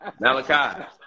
Malachi